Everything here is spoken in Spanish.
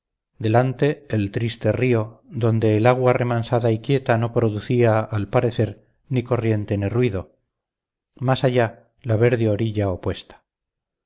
delante el triste río donde el agua remansada y quieta no producía al parecer ni corriente ni ruido más allá la verde orilla opuesta